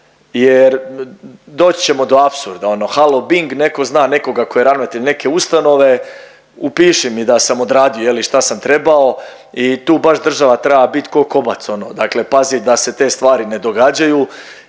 jer doći ćemo do apsurda. Ono halo bing, netko zna nekoga tko je ravnatelj neke ustanove, upiši mi da sam odradio je li šta sam trebao i tu baš država treba biti ko' kobac ono, dakle pazit da se te stvari ne događaju